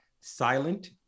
silent